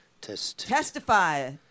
Testify